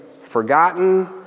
forgotten